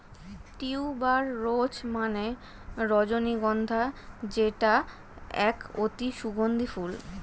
tuber rose মানে রজনীগন্ধা যেটা এক অতি সুগন্ধি ফুল